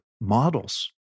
models